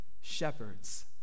Shepherds